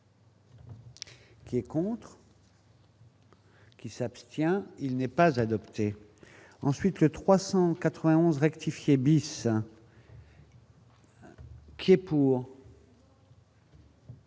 Qui est pour. Qui s'abstient, il n'est pas adoptée ensuite les 391 rectifier bis. Qui est pour.